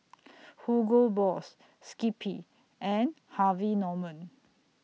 Hugo Boss Skippy and Harvey Norman